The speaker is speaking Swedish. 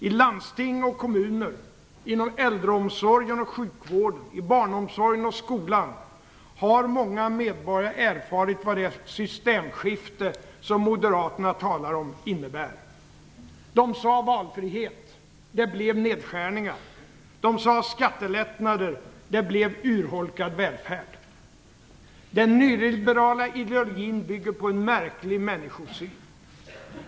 I landsting och kommuner, inom äldreomsorgen och sjukvården, inom barnomsorgen och skolan har många medborgare erfarit vad det systemskifte som Moderaterna talar om innebär. De sade valfrihet - det blev nedskärningar. De sade skattelättnader - det blev urholkad välfärd. Den nyliberala ideologin bygger på en märklig människosyn.